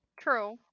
True